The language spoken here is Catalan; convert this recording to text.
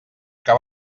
que